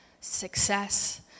success